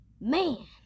man